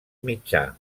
mitjà